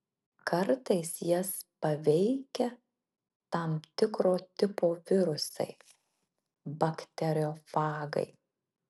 kartais jas paveikia tam tikro tipo virusai bakteriofagai